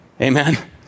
Amen